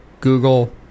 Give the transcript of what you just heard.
Google